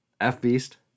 F-Beast